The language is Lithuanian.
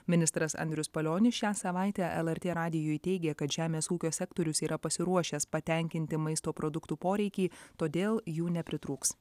ministras andrius palionis šią savaitę lrt radijui teigė kad žemės ūkio sektorius yra pasiruošęs patenkinti maisto produktų poreikį todėl jų nepritrūks